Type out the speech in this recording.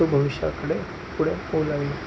तो भविष्याकडे पुढे होऊ लागला